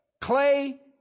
clay